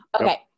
okay